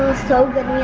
so good.